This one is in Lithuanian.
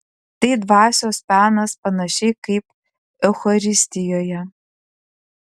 tai dvasios penas panašiai kaip eucharistijoje